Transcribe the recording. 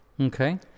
Okay